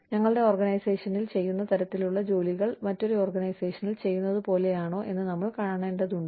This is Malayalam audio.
ഞങ്ങളുടെ ഓർഗനൈസേഷനിൽ ചെയ്യുന്ന തരത്തിലുള്ള ജോലികൾ മറ്റൊരു ഓർഗനൈസേഷനിൽ ചെയ്യുന്നതുപോലെയാണോ എന്ന് നമ്മൾ കണ്ടെത്തേണ്ടതുണ്ട്